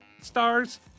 stars